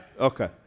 Okay